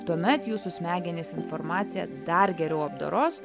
tuomet jūsų smegenys informaciją dar geriau apdoros